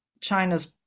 China's